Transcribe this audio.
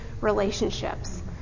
relationships